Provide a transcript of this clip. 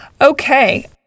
Okay